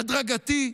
הדרגתי,